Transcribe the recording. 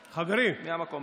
מהמקום,